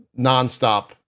nonstop